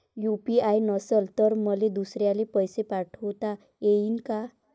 UPI नसल तर मले दुसऱ्याले पैसे पाठोता येईन का?